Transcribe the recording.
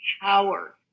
power